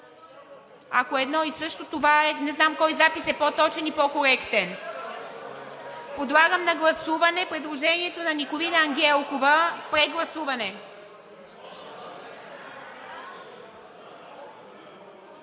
Ако е едно и също, тогава не знам кой запис е по-точен и по коректен. Подлагам на прегласуване предложението на Николина Ангелкова. Гласували